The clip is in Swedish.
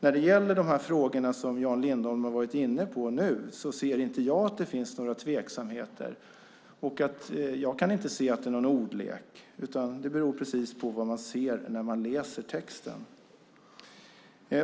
När det gäller de frågor som Jan Lindholm har varit inne på nu ser jag inte att det finns några tveksamheter. Jag kan inte se att det är någon ordlek, utan det beror precis på vad man ser när man läser texten.